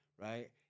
Right